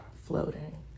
floating